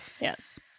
Yes